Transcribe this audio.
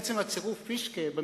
עצם הצירוף "פישקה" ו"מילואים"